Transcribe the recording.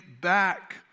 back